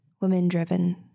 women-driven